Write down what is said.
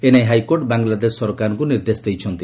ଏ ନେଇ ହାଇକୋର୍ଟ ବାଂଲାଦେଶ ସରକାରଙ୍କୁ ନିର୍ଦ୍ଦେଶ ଦେଇଛନ୍ତି